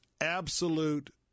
absolute